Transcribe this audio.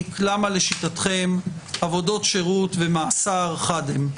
למה לשיטתכם עבודות שירות ומאסר חד הם,